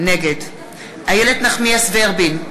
נגד איילת נחמיאס ורבין,